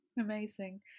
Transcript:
Amazing